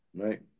Right